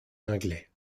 anglais